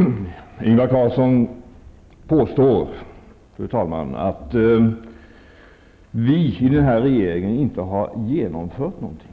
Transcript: Fru talman! Ingvar Carlsson påstår att vi i den här regeringen inte har genomfört någonting.